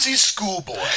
schoolboy